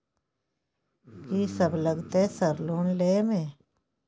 कि सब लगतै सर लोन लय में?